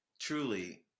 truly